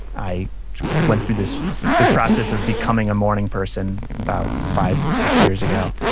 i went through this this process of becoming a morning person about five, six years ago,